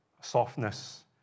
softness